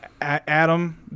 adam